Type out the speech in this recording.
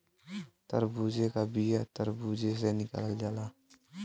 तरबूजे का बिआ तर्बूजे से निकालल जाला